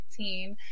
2015